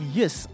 yes